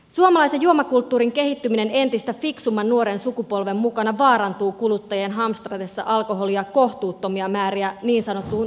suomalaisen juomakulttuurin kehittyminen entistä fiksumman nuoren sukupolven mukana vaarantuu kuluttajien hamstratessa alkoholia kohtuuttomia määriä niin sanottuun omaan käyttöön